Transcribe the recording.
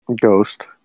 Ghost